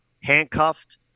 handcuffed